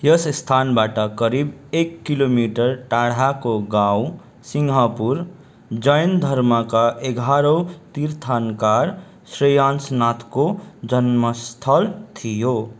यस स्थानबाट करिब एक किलोमिटर टाढाको गाउँ सिंहपुर जैन धर्मका एघारौँ तीर्थान्कर श्रेयान्सनाथको जन्मस्थल थियो